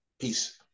Peace